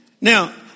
Now